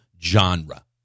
genre